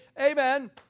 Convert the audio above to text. amen